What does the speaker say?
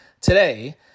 today